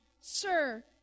Sir